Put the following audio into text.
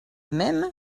même